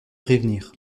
prévenir